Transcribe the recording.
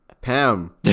Pam